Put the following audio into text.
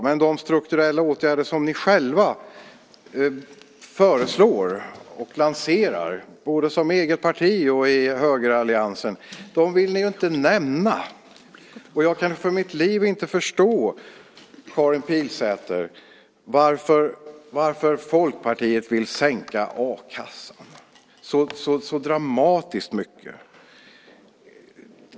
Men de strukturella åtgärder som ni själva föreslår och lanserar, både som eget parti och i högeralliansen, vill ni inte nämna. Jag kan för mitt liv inte förstå, Karin Pilsäter, varför Folkpartiet vill sänka a-kassan så dramatiskt mycket.